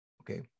Okay